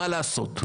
מה לעשות,